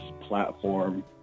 platform